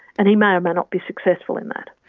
and he may or may not be successful in that.